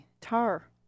tar